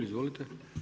Izvolite.